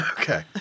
Okay